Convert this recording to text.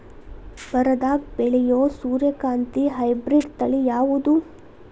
ಬರದಾಗ ಬೆಳೆಯೋ ಸೂರ್ಯಕಾಂತಿ ಹೈಬ್ರಿಡ್ ತಳಿ ಯಾವುದು?